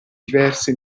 diverse